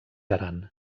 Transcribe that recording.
aran